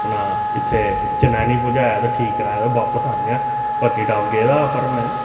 अपना इत्थै चनैनी पजाया ते ठीक कराया ते बापस आह्नेआ पत्नीटॉप गेदा पर मैं